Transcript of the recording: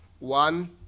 One